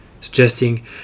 suggesting